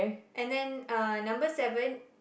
and then uh number seven